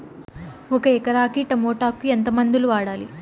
ఒక ఎకరాకి టమోటా కు ఎంత మందులు వాడాలి?